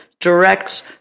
direct